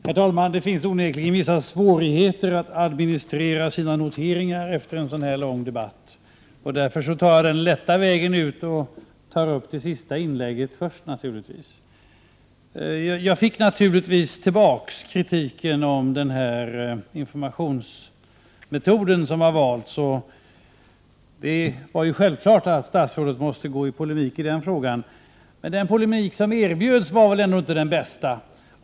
Herr talman! Det kan onekligen vara litet svårt att administrera sina noteringar efter en så här lång debatt. Därför gör jag det lätt för mig och börjar med att kommentera det senaste inlägget. Självfallet slog statsrådet Gradin beträffande min kritik av den valda informationsmetoden tillbaka mot mig. Det är klart att statsrådet måste polemisera i den frågan. Men den polemik som erbjöds var väl ändå inte den bästa.